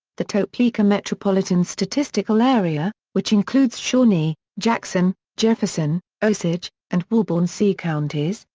the topeka metropolitan statistical area, which includes shawnee, jackson, jefferson, osage, and wabaunsee counties,